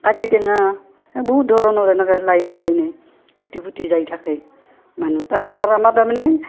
কাজি টেঙা এ বহুত ধৰণৰ এনেকা লাইনে লাইনে পুতি পুতি যাই থাকে মানুহ তাৰে আৰ আমাৰ তাৰমানে